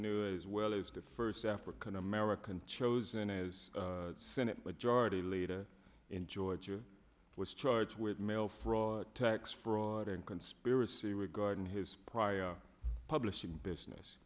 as well as the first african american chosen as senate majority leader in georgia was charged with mail fraud tax fraud and conspiracy regarding his prior publishing business